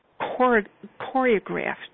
choreographed